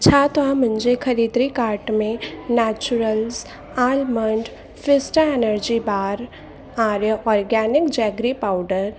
छा तव्हां मुंहिंजे ख़रीदरी कार्ट मां naturals almond fiesta energy bar Arya organic jaggery powder